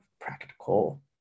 practical